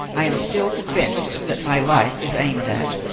i am still convinced that my life is aimed at.